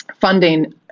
funding